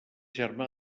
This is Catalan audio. germà